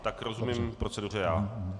Tak rozumím proceduře já.